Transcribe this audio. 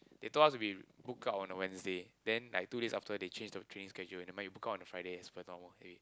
they told us to be booked out on a Wednesday then like two days after they changed the training schedule you might be booked out on a Friday as per normal pay